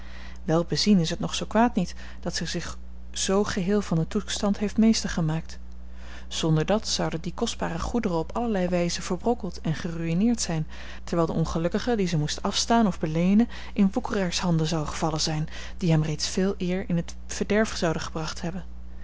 wel bezien is het nog zoo kwaad niet dat zij zich zoo geheel van den toestand heeft meester gemaakt zonder dat zouden die kostbare goederen op allerlei wijze verbrokkeld en geruïneerd zijn terwijl de ongelukkige die ze moest afstaan of beleenen in woekeraarshanden zou gevallen zijn die hem reeds veel eer in t verderf zouden gebracht hebben